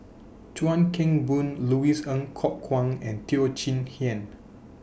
Chuan Keng Boon Louis Ng Kok Kwang and Teo Chee Hean